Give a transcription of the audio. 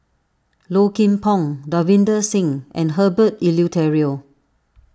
Low Kim Pong Davinder Singh and Herbert Eleuterio